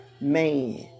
man